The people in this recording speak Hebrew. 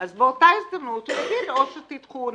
אז באותה הזדמנות הוא יגיד נניח,